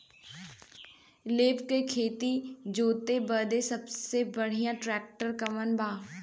लेव के खेत जोते बदे सबसे बढ़ियां ट्रैक्टर कवन बा?